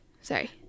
Sorry